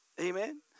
Amen